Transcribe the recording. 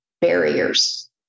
barriers